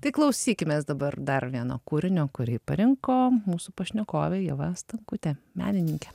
tai klausykimės dabar dar vieno kūrinio kurį parinko mūsų pašnekovė ieva stankutė menininkė